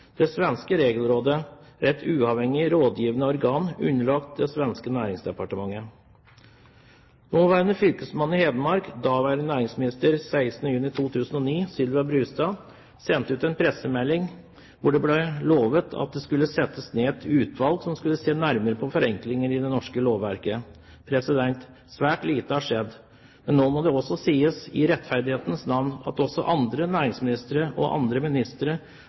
Det svenske regelrådet er et uavhengig rådgivende organ, underlagt det svenske næringsdepartementet. Nåværende fylkesmann i Hedmark, daværende næringsminister, Sylvia Brustad, sendte 16. juni 2009 ut en pressemelding hvor det ble lovet at det skulle settes ned et utvalg som skulle se nærmere på forenklinger i det norske lovverket. Svært lite har skjedd. Nå må det også sies, i rettferdighetens navn, at også andre næringsministre og andre ministre